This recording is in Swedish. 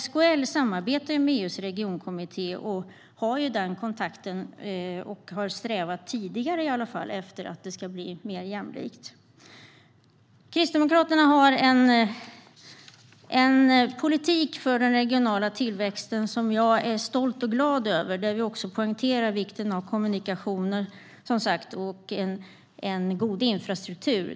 SKL samarbetar med EU:s regionkommitté och har därmed den kontakten. De har åtminstone tidigare strävat efter att det ska bli mer jämlikt. Kristdemokraterna har en politik för den regionala tillväxten som jag är stolt och glad över. Där poängterar vi vikten av kommunikationer och en god infrastruktur.